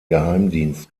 geheimdienst